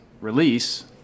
release